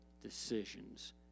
decisions